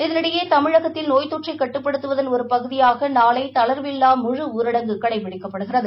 இதனிடையே தமிழகத்தில் நோய் தொற்றை கட்டுப்படுத்துவதன் ஒரு பகுதியாக நாளை தளா்வில்லா முழு ஊரடங்கு கடைபிடிக்கப்படுகிறது